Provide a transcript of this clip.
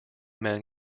men